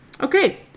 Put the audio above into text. Okay